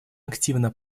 активно